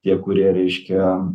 tie kurie reiškia